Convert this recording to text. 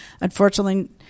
Unfortunately